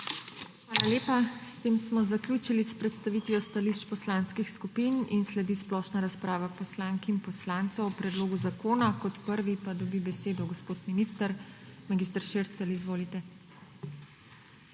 Hvala lepa. S tem smo zaključili s predstavitvijo stališč poslanskih skupin. Sledi splošna razprava poslank in poslancev o predlogu zakona. Kot prvi pa dobi besedo gospod minister. Mag. Šircelj, izvolite.